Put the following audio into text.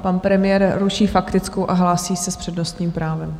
Pan premiér ruší faktickou a hlásí se s přednostním právem.